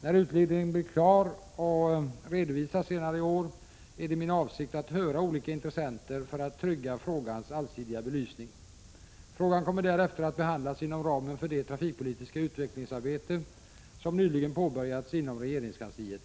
När utredningen blir klar och redovisats senare i år är det min avsikt att höra olika intressenter för att trygga frågans allsidiga belysning. Frågan kommer därefter att behandlas inom ramen för det trafikpolitiska utvecklingsarbete som nyligen påbörjats inom regeringskansliet.